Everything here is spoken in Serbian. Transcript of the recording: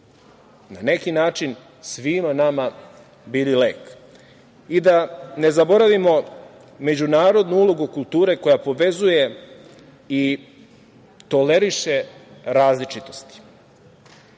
na neki način svima nama bili lek. Da ne zaboravimo međunarodnu ulogu kulture, koja povezuje i toleriše različitosti,